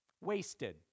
wasted